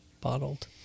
Bottled